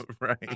Right